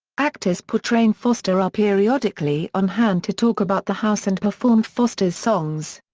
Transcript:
actors portraying foster are periodically on hand to talk about the house and perform foster's songs.